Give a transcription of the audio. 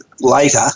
later